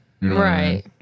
Right